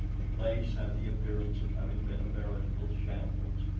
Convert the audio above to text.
the place had the appearance of having been a veritable shambles.